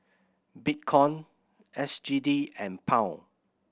Bitcoin S G D and Pound